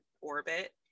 orbit